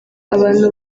abantu